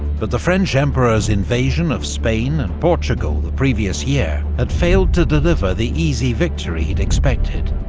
but the french emperor's invasion of spain and portugal the previous year had failed to deliver the easy victory he'd expected.